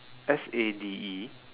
S A D E